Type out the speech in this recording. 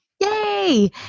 Yay